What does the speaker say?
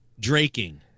draking